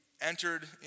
entered